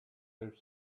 have